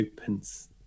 opens